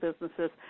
businesses